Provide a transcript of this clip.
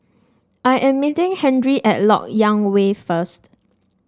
I am meeting Henry at LoK Yang Way first